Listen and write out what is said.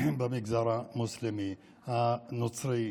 במגזר המוסלמי והנוצרי.